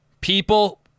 people—